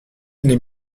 les